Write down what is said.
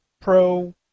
pro